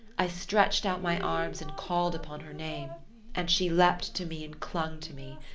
i stretched out my arms and called upon her name and she leaped to me and clung to me.